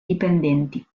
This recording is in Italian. dipendenti